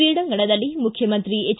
ಕ್ರೀಡಾಂಗಣದಲ್ಲಿ ಮುಖ್ಯಮಂತ್ರಿ ಎಚ್